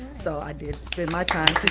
so i did spend my time